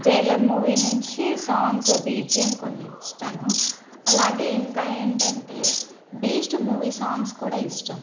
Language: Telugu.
జైలర్ మూవీ నుంచి సాంగ్స్ బీజీఎం కొన్ని ఇష్టము అలాగే ఇంకా ఏంటంటే బీస్ట్ మూవీ సాంగ్స్ కూడా ఇష్టము